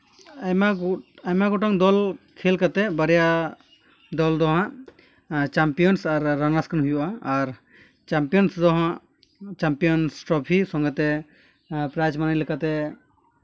ᱟᱭᱢᱟ ᱜᱚ ᱟᱭᱢᱟ ᱜᱚᱴᱟᱝ ᱫᱚᱞ ᱠᱷᱮᱹᱞ ᱠᱟᱛᱮᱫ ᱵᱟᱨᱭᱟ ᱫᱚᱞ ᱫᱚ ᱦᱟᱸᱜ ᱪᱟᱢᱯᱤᱭᱟᱱᱥ ᱟᱨ ᱨᱟᱱᱟᱨᱥ ᱠᱤᱱ ᱦᱩᱭᱩᱜᱼᱟ ᱟᱨ ᱪᱟᱢᱯᱤᱭᱟᱱᱥ ᱫᱚ ᱦᱟᱸᱜ ᱪᱟᱢᱯᱤᱭᱟᱱᱥ ᱴᱨᱚᱯᱷᱤ ᱥᱚᱸᱜᱮ ᱛᱮ ᱯᱨᱟᱭᱤᱡᱽ ᱢᱟᱱᱤ ᱞᱮᱠᱟᱛᱮ